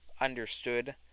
understood